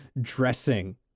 dressing